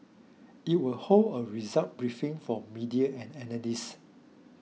it will hold a results briefing for media and analysts